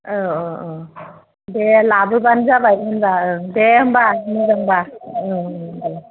औ औ औ दे लाग्रोबानो जाबाय होमबा दे होमबा मोजांबा दे